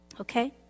Okay